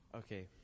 Okay